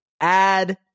add